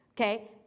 okay